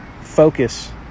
focus